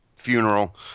funeral